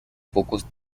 pocos